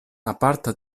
aparta